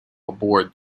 aboard